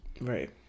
Right